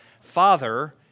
Father